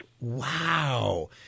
Wow